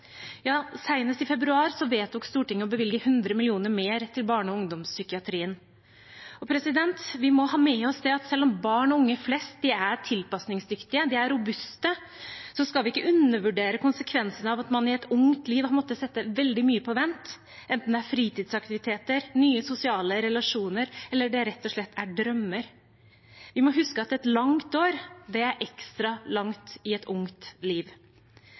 Ja, senest i februar vedtok Stortinget å bevilge 100 mill. kr mer til barne- og ungdomspsykiatrien. Vi må ha med oss at selv om barn og unge flest er tilpasningsdyktige og robuste, skal vi ikke undervurdere konsekvensene av at man i et ungt liv har måttet sette veldig mye på vent, enten det er fritidsaktiviteter, nye sosiale relasjoner eller det rett og slett er drømmer. Vi må huske at et langt år er ekstra langt i et ungt liv.